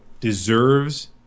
deserves